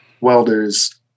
welders